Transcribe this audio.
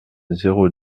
zéro